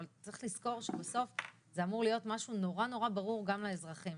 אבל צריך לזכור שבסוף זה אמור להיות משהו נורא נורא ברור גם לאזרחים.